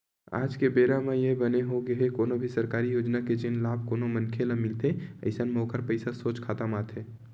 आज के बेरा म ये बने होगे हे कोनो भी सरकारी योजना के जेन लाभ कोनो मनखे ल मिलथे अइसन म ओखर पइसा सोझ खाता म आथे